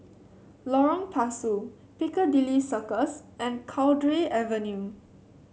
Lorong Pasu Piccadilly Circus and Cowdray Avenue